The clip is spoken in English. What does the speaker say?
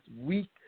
weak